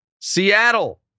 Seattle